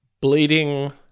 bleeding